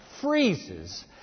freezes